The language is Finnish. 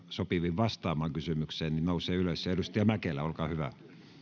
sopivin vastaamaan kysymykseen nousee ylös edustaja mäkelä olkaa hyvä